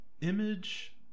image